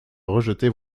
rejeté